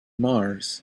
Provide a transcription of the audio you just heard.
mars